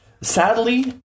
sadly